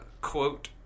quote